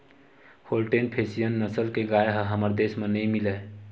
Holstein Friesian नसल के गाय ह हमर देस म नइ मिलय